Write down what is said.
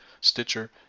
Stitcher